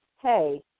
hey